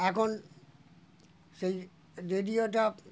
এখন সেই রেডিওটা